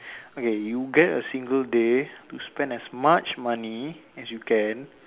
okay you get a single day you spend as much money as you can